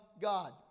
God